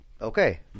okay